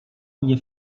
mnie